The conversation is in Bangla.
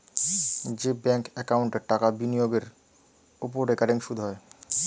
যে ব্যাঙ্ক একাউন্টে টাকা বিনিয়োগের ওপর রেকারিং সুদ হয়